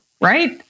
right